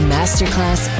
Masterclass